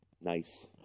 nice